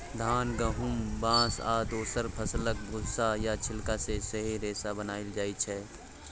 धान, गहुम, बाँस आ दोसर फसलक भुस्सा या छिलका सँ सेहो रेशा बनाएल जाइ छै